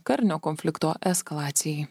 karinio konflikto eskalacijai